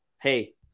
hey